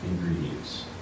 ingredients